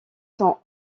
sont